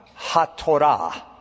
Hatorah